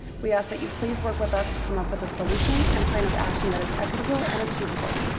we ask that you please work with us to come up with a solution, and plan of action that is equitable and achievable.